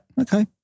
okay